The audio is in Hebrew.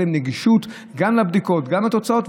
שתהיה להם גישה גם לבדיקות וגם לתוצאות,